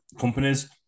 companies